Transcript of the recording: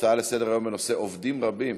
נעבור להצעות לסדר-היום בנושא: עובדים רבים,